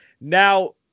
Now